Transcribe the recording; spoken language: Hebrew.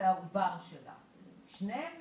האם שניהם